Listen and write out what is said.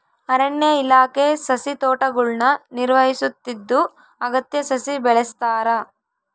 ಅರಣ್ಯ ಇಲಾಖೆ ಸಸಿತೋಟಗುಳ್ನ ನಿರ್ವಹಿಸುತ್ತಿದ್ದು ಅಗತ್ಯ ಸಸಿ ಬೆಳೆಸ್ತಾರ